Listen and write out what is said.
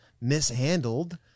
mishandled